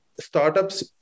startups